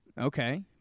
Okay